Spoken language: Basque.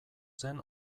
zen